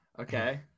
Okay